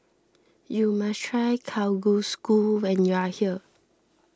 you must try Kalguksu when you are here